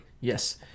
Yes